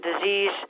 disease